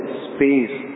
space